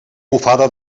bufada